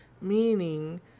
meaning